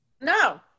No